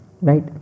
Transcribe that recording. right